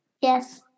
Yes